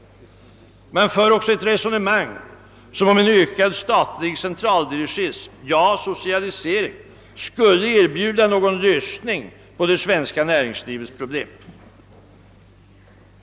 Man för också ett resonemang som om en ökad statlig centraldirigism — ja, sSocialisering — skulle erbjuda någon lösning på det svenska näringslivets problem.